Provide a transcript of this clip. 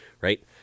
Right